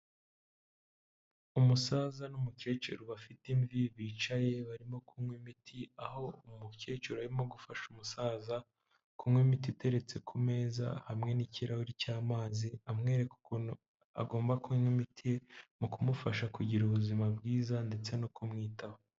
Umusaza n'umukecuru bafite imvi bicaye barimo kunywa imiti, aho umukecuru arimo gufasha umusaza kunywa imiti iteretse ku meza hamwe n'ikirahuri cy'amazi, amwereka ukuntu agomba kunywa imiti ye mu kumufasha kugira ubuzima bwiza ndetse no kumwitaho.